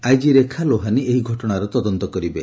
IG Rekha Lohani ଏହି ଘଟଣାର ତଦନ୍ତ କରିବେ